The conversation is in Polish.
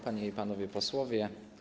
Panie i Panowie Posłowie!